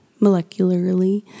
molecularly